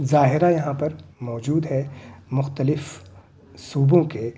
ظاہرہ یہاں پر موجود ہے مختلف صوبوں کے